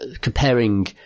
comparing